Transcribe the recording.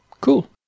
Cool